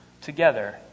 together